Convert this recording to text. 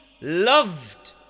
loved